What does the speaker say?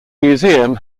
museum